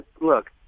Look